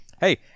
hey